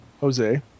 Jose